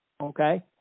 okay